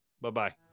Bye-bye